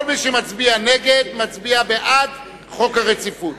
כל מי שמצביע נגד, מצביע בעד החלת דין רציפות.